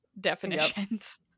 definitions